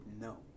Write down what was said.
No